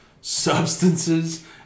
substances